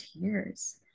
tears